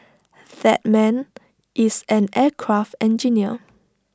that man is an aircraft engineer